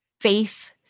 faith